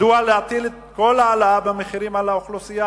מדוע להטיל את כל ההעלאה במחירים על האוכלוסייה,